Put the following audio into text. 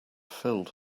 filled